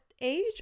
age